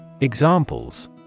Examples